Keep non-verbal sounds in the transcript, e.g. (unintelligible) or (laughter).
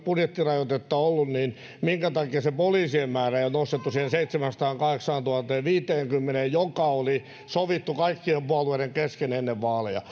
budjettirajoitetta ollut niin minkä takia poliisien määrää ei ole nostettu siihen seitsemääntuhanteenkahdeksaansataanviiteenkymmeneen joka oli sovittu kaikkien puolueiden kesken ennen vaaleja (unintelligible)